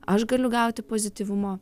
aš galiu gauti pozityvumo